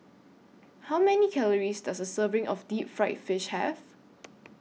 How Many Calories Does A Serving of Deep Fried Fish Have